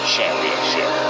Championship